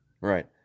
right